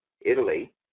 Italy